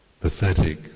pathetic